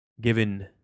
given